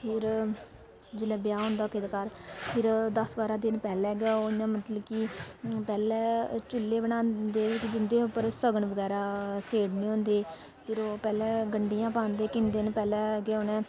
फिर जिसलै ब्याह होंदा कुसै दे घर फिर दस बांरां दिन पहले गै उनें मतलब कि पैहलै चुल्ले बनांदे जिंदे उपर सगन बगैरा सेड़ने होंदे फिर ओह् पैहलें गंढियां पांदे किन्ने दिन पैहलें गै उनें